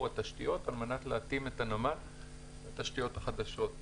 התשתיות כדי להתאים את הנמל לתשתיות החדשות.